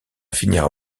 finira